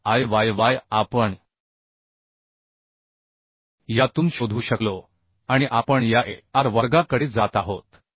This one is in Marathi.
कारण I y y आपण यातून शोधू शकलो आणि आपण या a R वर्गाकडे जात आहोत